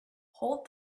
hold